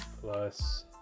plus